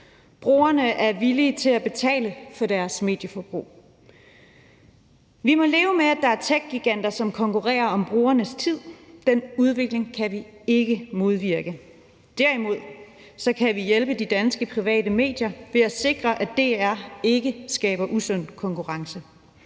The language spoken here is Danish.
Brugerne er villige til at betale for deres medieforbrug. Vi må leve med, at der er techgiganter, som konkurrerer om brugernes tid. Den udvikling kan vi ikke modvirke. Derimod kan vi hjælpe de danske private medier ved at sikre, at DR ikke skaber usund konkurrence.